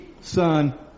Son